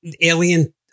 Alien